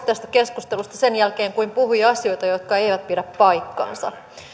tästä keskustelusta sen jälkeen kun puhui asioita jotka eivät pidä paikkaansa